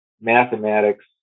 mathematics